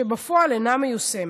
שבפועל אינה מיושמת.